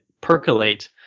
percolate